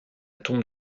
tombe